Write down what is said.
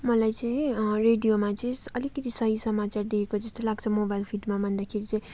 मलाई चाहिँ रेडियोमा चाहिँ अलिकिति सही समाचार दिएको जस्तो लाग्छ मोबाइल फिडमा भन्दाखेरि चाहिँ